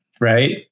Right